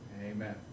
Amen